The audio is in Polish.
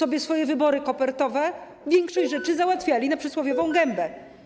Planując swoje wybory kopertowe, większość rzeczy załatwiali na przysłowiową gębę.